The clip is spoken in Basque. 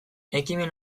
ekimen